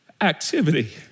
activity